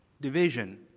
division